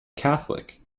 catholic